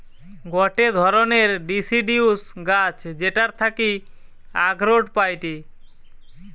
গটে ধরণের ডিসিডিউস গাছ যেটার থাকি আখরোট পাইটি